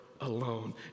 alone